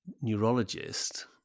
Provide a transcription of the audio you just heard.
neurologist